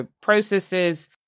processes